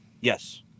Yes